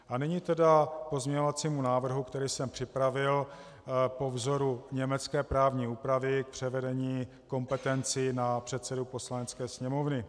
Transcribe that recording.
A nyní tedy k pozměňovacímu návrhu, který jsem připravil po vzoru německé právní úpravy k převedení kompetencí na předsedu Poslanecké sněmovny.